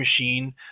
machine